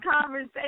conversation